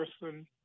person